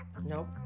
Nope